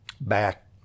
back